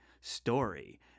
story